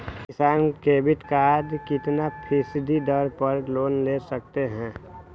किसान credit card कितना फीसदी दर पर लोन ले सकते हैं?